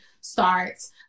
starts